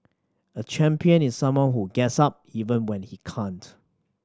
a champion is someone who gets up even when he can't